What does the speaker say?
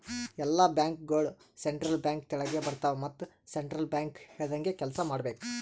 ಎಲ್ಲಾ ಬ್ಯಾಂಕ್ಗೋಳು central bank ತೆಳಗೆ ಬರ್ತಾವ ಮತ್ ಸೆಂಟ್ರಲ್ ಬ್ಯಾಂಕ್ ಹೇಳ್ದಂಗೆ ಕೆಲ್ಸಾ ಮಾಡ್ಬೇಕ್